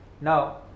Now